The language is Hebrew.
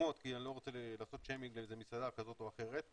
מקומות כי אני לא רוצה לעשות שיימינג למסעדה כזו או אחרת,